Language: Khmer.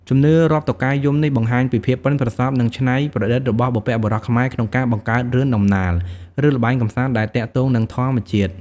ជំនឿរាប់តុកែយំនេះបង្ហាញពីភាពប៉ិនប្រសប់ និងច្នៃប្រឌិតរបស់បុព្វបុរសខ្មែរក្នុងការបង្កើតរឿងដំណាល ឬល្បែងកម្សាន្តដែលទាក់ទងនឹងធម្មជាតិ។